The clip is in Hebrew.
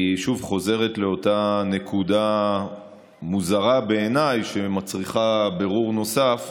שוב חוזרת לאותה נקודה מוזרה בעיניי שמצריכה בירור נוסף,